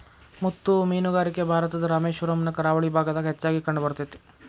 ಮುತ್ತು ಮೇನುಗಾರಿಕೆ ಭಾರತದ ರಾಮೇಶ್ವರಮ್ ನ ಕರಾವಳಿ ಭಾಗದಾಗ ಹೆಚ್ಚಾಗಿ ಕಂಡಬರ್ತೇತಿ